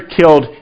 killed